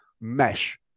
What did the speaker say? mesh